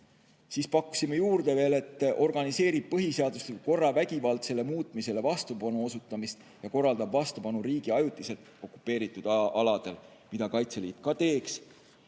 Siis pakkusime veel, et ta organiseerib põhiseadusliku korra vägivaldsele muutmisele vastupanu osutamist ja korraldab vastupanu riigi ajutiselt okupeeritud aladel, mida Kaitseliit ka teeks.